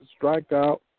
strikeout